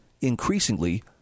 increasingly